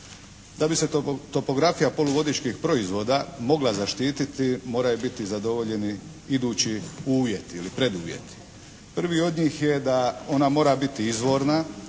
Da bi se topografija poluvodičkih proizvoda mogla zaštiti moraju biti zadovoljeni idući uvjeti ili preduvjeti. Prvi od njih je da ona mora biti izvorna,